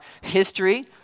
history